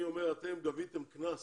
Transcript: אני אומר שאתם גביתם קנס